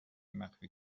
مخفی